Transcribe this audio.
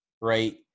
right